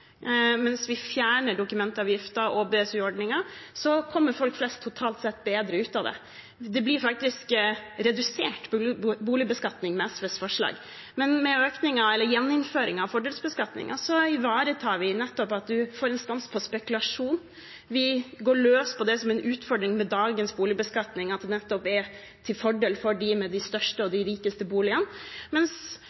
mens vi fjerner dokumentavgiften og BSU-ordningen, kommer folk flest totalt sett bedre ut. Det blir faktisk redusert boligbeskatning med SVs forslag. Med gjeninnføring av fordelsbeskatningen ivaretar vi nettopp at man får en stans i spekulasjon. Vi går løs på det som er en utfordring med dagens boligbeskatning, at den nettopp er til fordel for de rikeste med de største